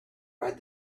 read